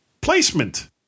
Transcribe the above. Placement